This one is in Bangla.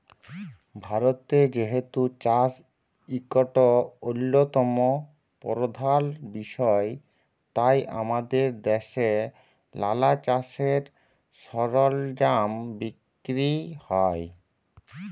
ভারতে যেহেতু চাষ ইকট অল্যতম পরধাল বিষয় তাই আমাদের দ্যাশে লালা চাষের সরলজাম বিক্কিরি হ্যয়